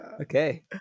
Okay